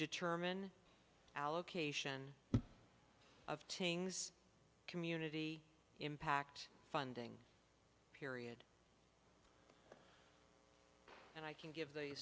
determine allocation of tings community impact funding period and i can give the